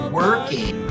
working